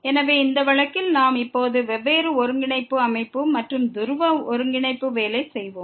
எனவே இந்த வழக்கில் நாம் இப்போது வெவ்வேறு ஒருங்கிணைப்பு அமைப்பு மற்றும் துருவ ஒருங்கிணைப்பு வேலை செய்வோம்